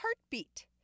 heartbeat